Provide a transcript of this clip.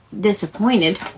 disappointed